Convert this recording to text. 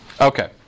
Okay